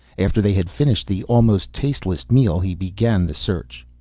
after they had finished the almost-tasteless meal he began the search.